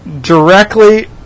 directly